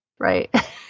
Right